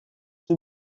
qui